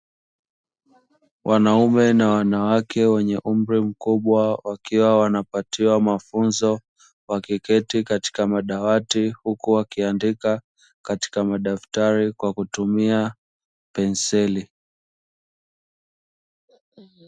Wanaume na wanawake wenye umri mkubwa wakiwa wanapatiwa mafunzo, wa kiketi katika madawati huku wakiandika katika masaftari kwa kutumia penseli.